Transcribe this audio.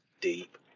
deep